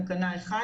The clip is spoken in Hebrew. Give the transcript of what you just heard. תקנה 1